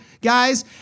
guys